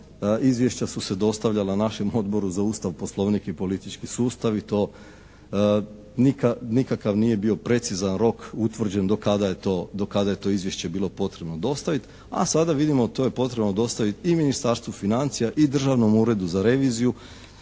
izvješća su se dostavljala našem Odboru za Ustav, Poslovnik i politički sustav i to nikakav nije bio precizan rok utvrđen do kada je to izvješće bilo potrebno dostaviti, a sada vidimo to je potrebno dostaviti i Ministarstvu financija i Državnom uredu za reviziju